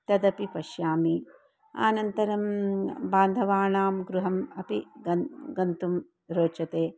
तदपि पश्यामि अनन्तरं बान्धवानां गृहम् अपि गन्तुं गन्तुं रोचते